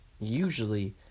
usually